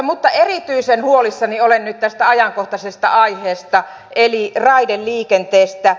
mutta erityisen huolissani olen nyt tästä ajankohtaisesta aiheesta eli raideliikenteestä